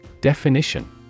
definition